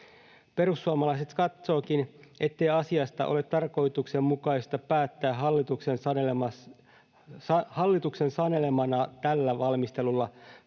Perussuomalaiset katsovatkin, ettei asiasta ole tarkoituksenmukaista päättää hallituksen sanelemana tällä valmistelulla,